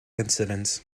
incidents